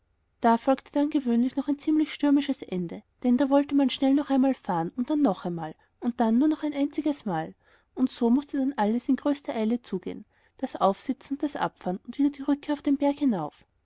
da folgte dann gewöhnlich noch ein ziemlich stürmisches ende denn da wollte man schnell noch einmal fahren und dann noch einmal und dann nur noch ein einziges mal und so mußte dann alles noch in größter eile zugehen das aufsitzen und das abfahren und wieder die rückkehr den berg hinauf